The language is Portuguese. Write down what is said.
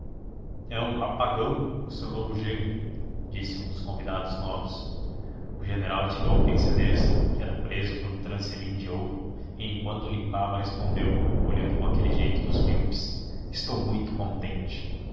é um rapagão o seu novo genro disse um dos convidados novos o general tirou o pince-nez que era preso por um trancelim de ouro e enquanto o limpava respondeu olhando com aquele jeito dos míopes estou muito contente